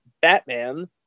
Batman